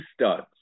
studs